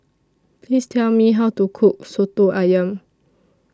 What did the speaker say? Please Tell Me How to Cook Soto Ayam